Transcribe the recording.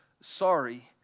sorry